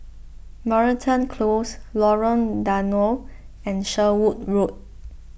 Moreton Close Lorong Danau and Sherwood Road